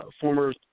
former